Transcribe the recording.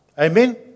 Amen